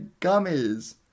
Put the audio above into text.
gummies